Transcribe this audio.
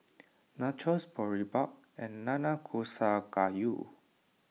Nachos Boribap and Nanakusa Gayu